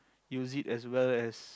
use it as well as